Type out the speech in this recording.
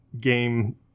game